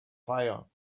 fire